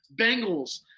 Bengals